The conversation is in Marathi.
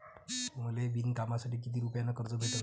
मले विणकामासाठी किती रुपयानं कर्ज भेटन?